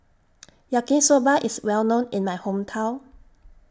Yaki Soba IS Well known in My Hometown